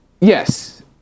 Yes